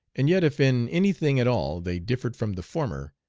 and yet if in any thing at all they differed from the former,